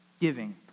giving